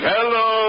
Hello